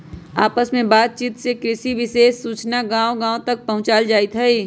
आपस में बात चित से कृषि विशेष सूचना गांव गांव तक पहुंचावल जाईथ हई